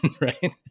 right